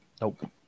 Nope